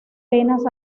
penas